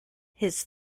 his